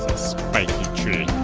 spiky tree.